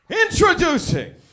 introducing